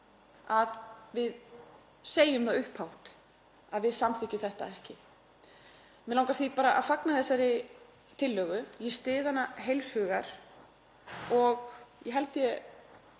að við segjum það upphátt að við samþykkjum þetta ekki. Mig langar því að fagna þessari tillögu. Ég styð hana heils hugar og ég held ég